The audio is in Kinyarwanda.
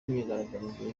imyigaragambyo